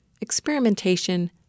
experimentation